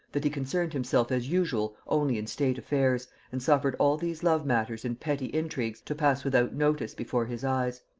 that he concerned himself as usual only in state affairs, and suffered all these love-matters and petty intrigues to pass without notice before his eyes.